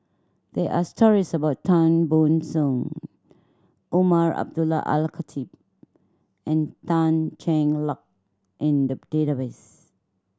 there are stories about Tan Ban Soon Umar Abdullah Al Khatib and Tan Cheng Lock in the database